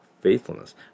faithfulness